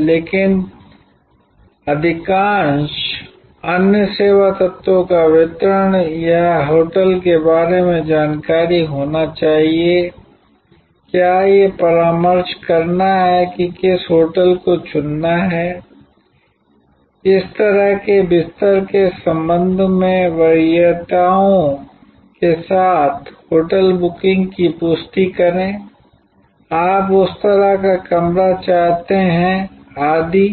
लेकिन अधिकांश अन्य सेवा तत्वों का वितरण यह होटल के बारे में जानकारी होना चाहिए क्या यह परामर्श करना है कि किस होटल को चुनना है इस तरह की बिस्तर के संबंध में वरीयताओं के साथ होटल बुकिंग की पुष्टि करें आप उस तरह का कमरा चाहते हैं आदि